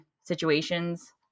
situations